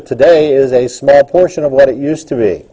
it today is a small portion of let it used to be